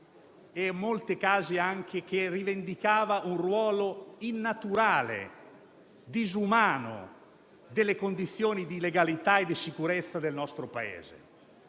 che in molti casi rivendicava un ruolo innaturale e disumano delle condizioni di legalità e di sicurezza del nostro Paese.